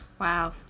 Wow